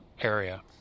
area